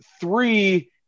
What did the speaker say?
Three